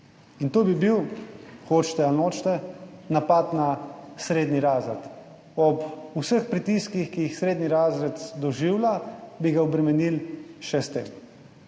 In to bi bil, hočete ali nočete, napad na srednji razred. Ob vseh pritiskih, ki jih srednji razred doživlja, bi ga obremenili še s tem.